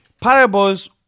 Parables